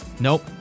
Nope